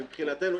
ומבחינתנו,